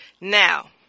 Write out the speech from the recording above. Now